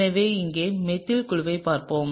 எனவே இங்கே மெத்தில் குழுவை பார்ப்போம்